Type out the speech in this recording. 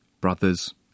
Brothers